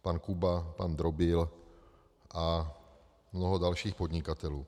Pan Kuba, pan Drobil a mnoho dalších podnikatelů.